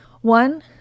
One